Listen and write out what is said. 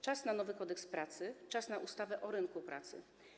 Czas na nowy Kodeks pracy, czas na ustawę o rynku pracy.